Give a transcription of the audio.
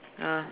ya